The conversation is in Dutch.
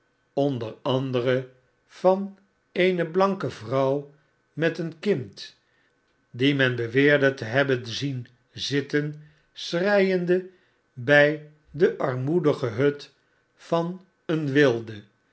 onder andere van eene blanke vrouw met een kind die men beweerde te hebben zien zitten schreiende by de armoedige hut van een wilde